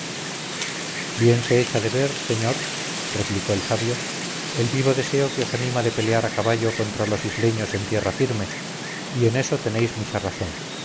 bien se echa de ver señor replicó el sabio el vivo deseo que os anima de pelear a caballo contra los isleños en tierra firme y en eso tenéis mucha razón